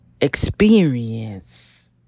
experience